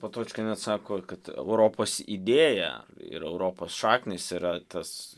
patočka net sako kad europos idėja ir europos šaknys yra tas